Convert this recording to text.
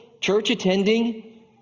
church-attending